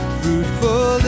fruitful